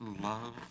love